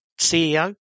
CEO